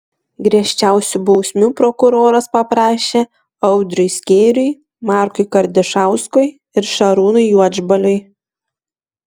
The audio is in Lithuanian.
griežčiausių bausmių prokuroras paprašė audriui skėriui markui kardišauskui ir šarūnui juodžbaliui